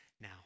Now